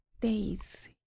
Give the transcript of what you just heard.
days